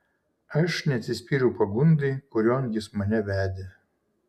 aš neatsispyriau pagundai kurion jis mane vedė